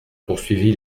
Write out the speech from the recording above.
poursuivi